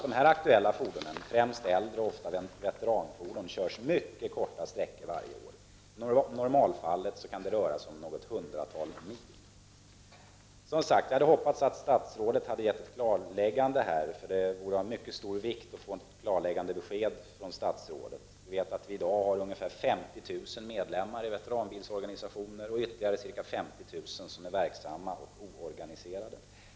De nu aktuella fordonen — äldre bilar och främst veteranbilar — körs mycket korta sträckor varje år: i normalfallet kan det röra sig om något hundratal mil. Jag hade som sagt hoppats att statsrådet här skulle ha gett ett klarläggande besked, vilket hade varit av mycket stor betydelse. I dag finns det ca 50 000 medlemmar i veteranbilsorganisationer och ytterligare ca 50000 personer som sysslar med veteranbilar utan att vara organiserade.